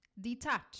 Detach